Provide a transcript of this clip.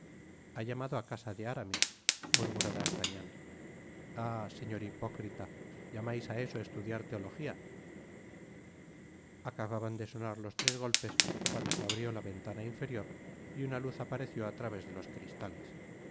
ha llamado á casa de aramis murmuró d'artagnan ah señor hipócrita llamais á eso estudiar teología acababan de sonar los tres golpes cuando se abrió la ventana interior y una luz apareció al través de los cristales